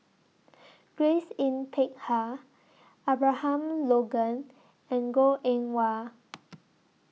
Grace Yin Peck Ha Abraham Logan and Goh Eng Wah